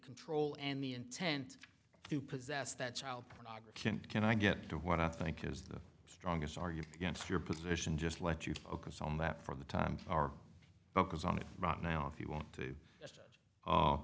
control and the intent to possess that child pornography can i get to what i think is the strongest argument against your position just let you focus on that for the time our focus on it right now if you want to